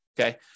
Okay